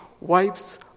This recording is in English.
wipes